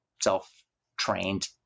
self-trained